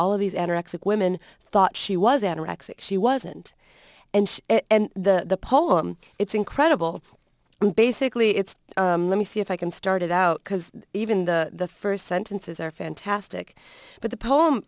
all of these anorexic women thought she was anorexic she wasn't and the poem it's incredible basically it's let me see if i can start it out because even the first sentences are fantastic but the poem